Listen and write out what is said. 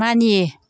मानियै